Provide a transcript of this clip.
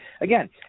Again